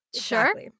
sure